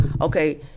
okay